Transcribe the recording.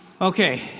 Okay